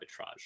arbitrage